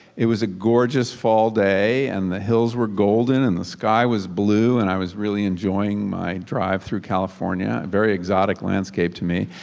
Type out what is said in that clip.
it was a gorgeous fall day and the hills were golden and the sky was blue and i was really enjoying my drive through california. very exotic landscape to me.